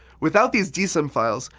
without these dsym files,